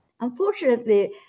unfortunately